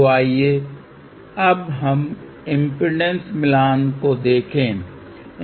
तो आइए अब हम इम्पीडेन्स मिलान को देखें